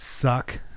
suck